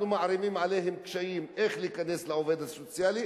אנחנו מערימים עליהם קשיים איך להיכנס לעובד הסוציאלי